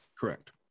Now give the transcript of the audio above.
Correct